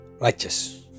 righteous